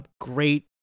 great